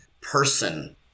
person